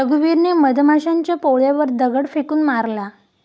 रघुवीरने मधमाशांच्या पोळ्यावर दगड फेकून मारला